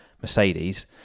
Mercedes